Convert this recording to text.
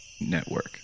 Network